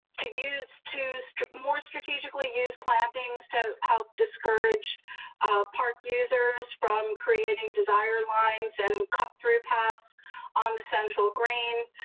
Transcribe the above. to use to stay more strategically use plantings to help discourage park users from creating desire lines and cut through paths on the central grain,